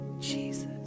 Jesus